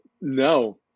No